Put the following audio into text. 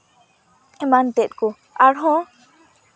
ᱮᱢᱟᱱᱛᱮᱫ ᱠᱚ ᱟᱨᱦᱚᱸ